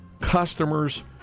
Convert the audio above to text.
Customers